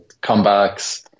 comebacks